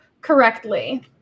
correctly